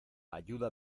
ayuda